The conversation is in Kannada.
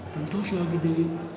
ಸಂತೋಷವಾಗಿದ್ದೀವಿ